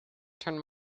turned